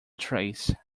trace